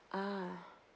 ah